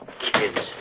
Kids